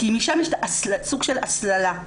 כי משם יש סוג של הסללה.